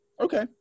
Okay